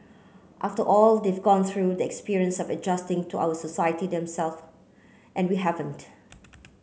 after all they've gone through the experience of adjusting to our society them self and we haven't